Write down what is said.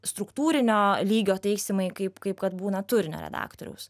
struktūrinio lygio taisymai kaip kaip kad būna turinio redaktoriaus